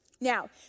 Now